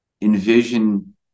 envision